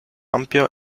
ampio